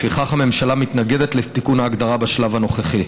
לפיכך הממשלה מתנגדת לתיקון ההגדרה בשלב הנוכחי.